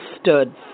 stood